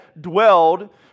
dwelled